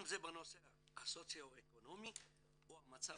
אם זה בנושא הסוציו אקונומי או המצב